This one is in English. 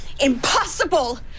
Impossible